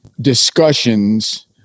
discussions